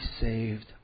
saved